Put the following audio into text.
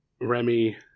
Remy